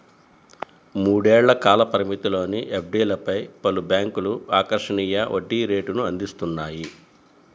మూడేళ్ల కాల పరిమితిలోని ఎఫ్డీలపై పలు బ్యాంక్లు ఆకర్షణీయ వడ్డీ రేటును అందిస్తున్నాయి